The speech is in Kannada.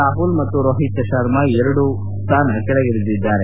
ರಾಹುಲ್ ಮತ್ತು ರೋಹಿತ್ ಶರ್ಮಾ ಎರಡು ಸ್ಲಾನ ಕೆಳಗಿಳಿದಿದ್ದಾರೆ